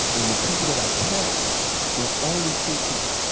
and the people that i'd text were only cool people.